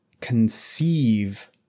conceive